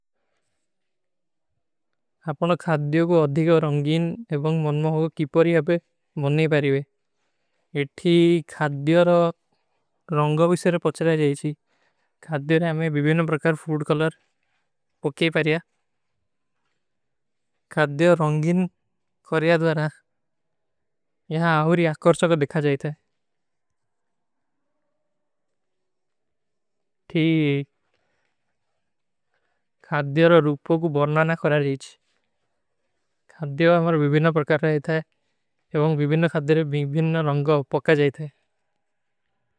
ଆପନା ଖାଦ୍ଯୋ କୋ ଅଧିକା ରଂଗୀନ ଏବଂଗ ମନମା ହୋଗା କି ପରୀ ଆପେ ମନ ନହୀଂ ପାରୀବେ। ଇଠୀ ଖାଦ୍ଯୋ ରୋ ରଂଗା ଵିସେରେ ପଚ୍ଚରା ଜାଈଚୀ। ଖାଦ୍ଯୋ ନେ ଆମେଂ ଵିଭୀନା ପରକାର ଫୂଡ କଲର ପକେ ପାରିଯା। ଖାଦ୍ଯୋ ରଂଗୀନ କରିଯା ଦ୍ଵାରା, ଯହାଁ ଆହୁରୀ ଆକରସୋ କୋ ଦେଖା ଜାଈତା ହୈ। ଠୀକ ଖାଦ୍ଯୋ ରୋ ରୂପୋ କୋ ବର୍ନାନା କରା ଜାଈଚୀ। ଖାଦ୍ଯୋ ଆମେଂ ଵିଭୀନା ପରକାର ଜାଈତା ହୈ। ଏବଂଗ ଵିଭୀନା ଖାଦ୍ଯୋରେ ଵିଭୀନା ରଂଗା ପକା ଜାଈତା ହୈ।